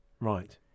Right